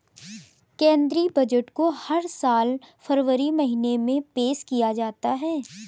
केंद्रीय बजट को हर साल फरवरी महीने में पेश किया जाता है